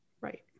Right